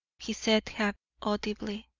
he said half audibly